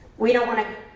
we don't want to